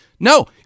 No